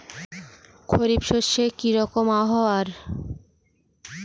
খরিফ শস্যে কি রকম আবহাওয়ার?